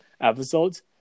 episodes